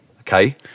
Okay